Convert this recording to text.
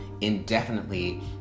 indefinitely